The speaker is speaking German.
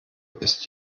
ist